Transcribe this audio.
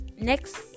next